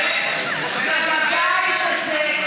בבית הזה,